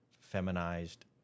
feminized